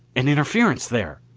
an interference there!